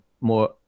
more